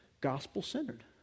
gospel-centered